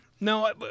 No